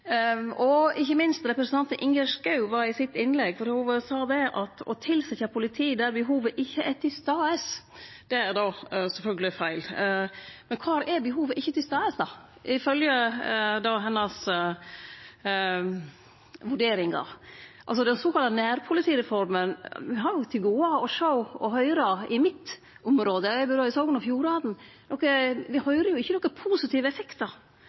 og ikkje minst også representanten Ingjerd Schou i sitt innlegg. Ho sa at å tilsetje politi der behovet ikkje er til stades, sjølvsagt er feil. Men kvar er ikkje behovet til stades, ifølgje hennar vurderingar? Når det gjeld den sokalla nærpolitireforma, har me, i mitt område, Sogn og Fjordane, til gode å høyre om positive effektar